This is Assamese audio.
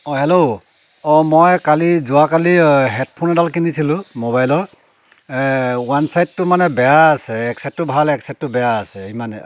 অঁ হেল্ল' অঁ মই কালি যোৱাকালি হেডফোন এডাল কিনিছিলোঁ মোবাইলৰ ওৱান চাইডটো মানে বেয়া আছে এক চাইডটো ভাল এক চাইডটো বেয়া আছে ইমানে